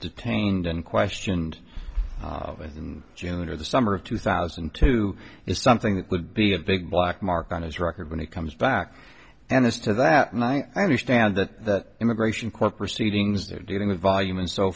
detained and questioned in june or the summer of two thousand and two is something that would be a big black mark on his record when he comes back and this to that and i understand that immigration court proceedings they're dealing with volume and so